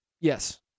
Yes